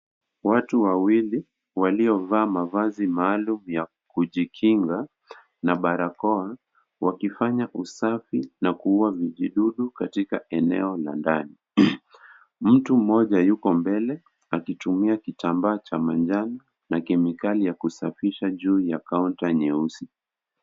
Watu wawili waliovaa mavazi maalum ya kujikinga na barakoa, wakifanya usafi na kuua vijidudu katika eneo la ndani. Mtu mmoja yuko mbele akitumia kitambaa cha manjano na kemikali ya kusafisha juu ya kaunta nyeusi.